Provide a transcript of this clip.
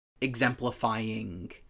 exemplifying